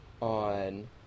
on